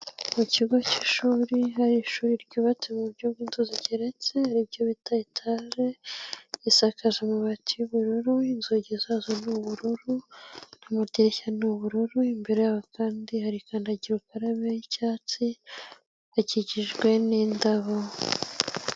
Mu kigo cy'ishuri hari ishuri ryubatse mu buryo bw'zinzu zijyeretse aribyo bita etaje, isakaje amabati y'ubururu, inzugi zayo n'ubururu, n'amadirishya ni ubururu. Imbere yabo kandi harikandagira ukarabe y'icyatsi ikikijwe n'indabo.